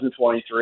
2023